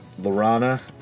Lorana